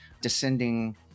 descending